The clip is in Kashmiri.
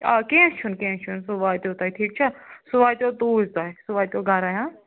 آ کیٚنٛہہ چھُنہٕ کیٚنٛہہ چھُنہٕ سُہ واتیو تۄہہِ ٹھیٖک چھےٚ سُہ واتیو توٗرۍ تۄہہِ سُہ واتیو گَرَے ہَہ